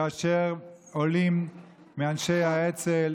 כאשר עולים מאנשי האצ"ל